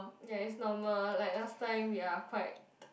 ya it's normal like last time we are quite